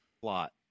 plot